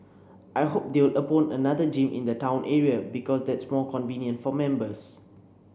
I hope they will another gym in the town area because that's more convenient for members